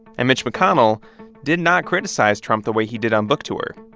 and mitch mcconnell did not criticize trump the way he did on book tour.